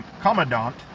commandant